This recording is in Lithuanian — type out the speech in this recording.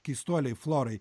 keistuoliai florai